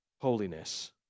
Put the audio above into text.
holiness